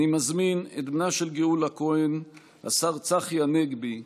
אני מזמין את בנה של גאולה כהן, השר צחי הנגבי,